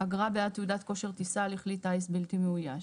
"אגרה בעד תעודת כושר טיסה לכלי טיס בלתי מאויש.